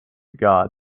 god